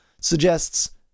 suggests